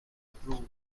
approval